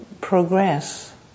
progress